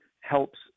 helps